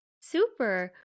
Super